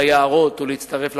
ליערות ולהצטרף לפרטיזנים,